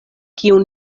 kiun